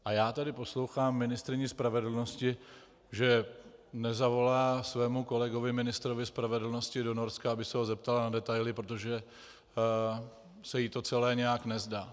A já tady poslouchám ministryni spravedlnosti, že nezavolá svému kolegovi ministrovi spravedlnosti do Norska, aby se ho zeptala na detaily, protože se jí to celé nějak nezdá.